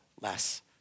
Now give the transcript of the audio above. less